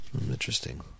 Interesting